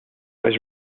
was